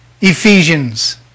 Ephesians